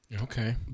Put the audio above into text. Okay